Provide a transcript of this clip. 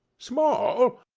small!